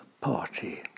party